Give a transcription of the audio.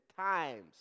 times